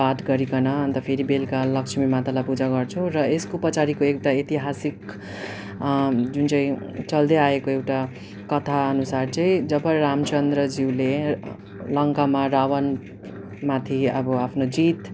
पाठ गरिकन अन्त फेरि बेलुका लक्ष्मी मातालाई पूजा गर्छौँ र यसको पछाडिको एउटा ऐतिहासिक जुन चाहिँ चल्दै आएको एउटा कथाअनुसार चाहिँ जब रामचन्द्रज्यूले लङ्कामा रावणमाथि अब आफ्नो जित